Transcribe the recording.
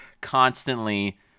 constantly